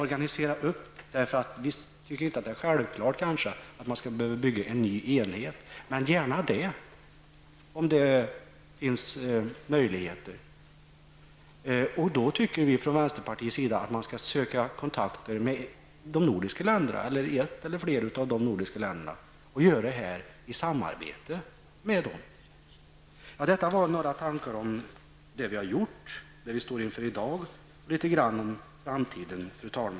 Vi använder uttrycket organisera, eftersom vi inte anser det självklart att en ny enhet skall behöva byggas, men det kan man gärna göra om det finns möjligheter. Vänsterpartiet anser att man bör söka kontakt med ett eller flera av de nordiska länderna och genomföra detta i samarbete med dem. Fru talman! Detta var några tankar om vad som har gjorts, vad vi står inför i dag och litet grand om framtiden.